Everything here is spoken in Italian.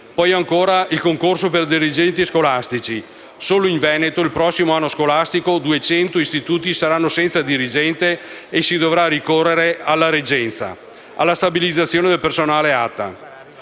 poi ancora, il concorso per dirigenti scolastici (solo in Veneto il prossimo anno scolastico 200 istituti saranno senza dirigente e si dovrà ricorrere alla reggenza); la stabilizzazione del personale ATA.